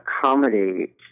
accommodate